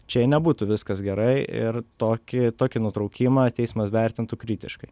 čia nebūtų viskas gerai ir tokį tokį nutraukimą teismas vertintų kritiškai